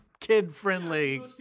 kid-friendly